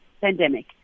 pandemic